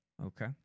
Okay